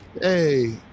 Hey